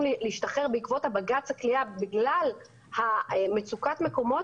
להשתחרר בעקבות בג"ץ הכליאה בגלל מצוקת מקומות,